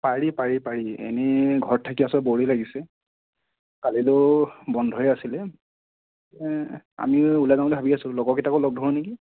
পাৰি পাৰি পাৰি এনেই ঘৰত থাকি আচলতে ব'ৰে লাগিছে কালিটো বন্ধই আছিলে আমি ওলাই যাওঁ বুলি ভাবি আছো লগৰকেইটাকো লগ ধৰো নেকি